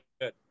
good